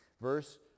Verse